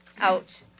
out